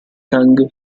kang